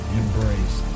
embrace